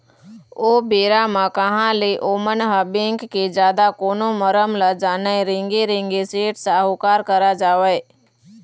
ओ बेरा म कहाँ ले ओमन ह बेंक के जादा कोनो मरम ल जानय रेंगे रेंगे सेठ साहूकार करा जावय